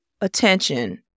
attention